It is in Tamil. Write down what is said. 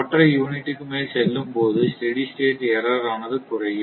ஒற்றை யூனிட்டுக்கு மேல் செல்லும் பொது ஸ்டெடி ஸ்டேட் எர்ரர் ஆனது குறையும்